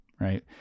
right